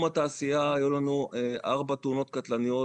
התעשייה היו לנו ארבע תאונות קטלניות,